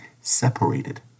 separated